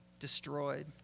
destroyed